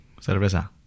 Cerveza